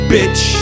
Bitch